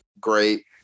great